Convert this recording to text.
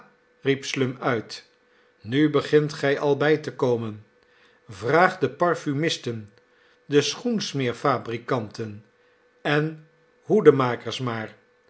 riep slum uit nu begint gij al bij te komen vraag de parfumisten de schoensmeerfabrikanten en hoedenmakers maar